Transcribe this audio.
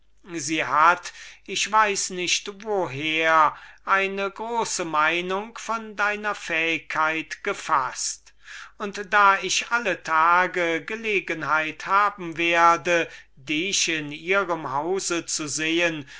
sie hat ich weiß nicht woher eine große meinung von deiner fähigkeit gefaßt und da ich alle tage gelegenheit haben werde dich in ihrem hause zu sehen